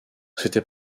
c’était